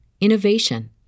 innovation